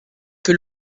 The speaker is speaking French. que